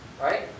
right